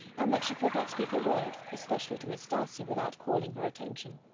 and that she could not speak a word, especially to miss darcy, without calling her attention.